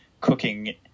cooking